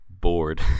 bored